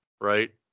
Right